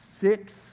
six